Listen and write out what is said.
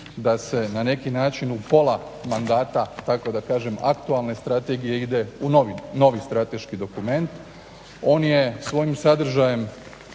da se na neki način u pola mandata tako da kažem aktualne strategije ide u novi strateški dokument, on je svojim sadržajem